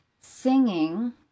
Singing